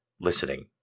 listening